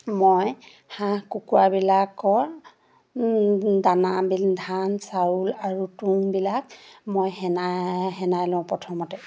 মই হাঁহ কুকুৰাবিলাকৰ দানা ধান চাউল আৰু তুঁহবিলাক মই সানি সানি লওঁ প্ৰথমতে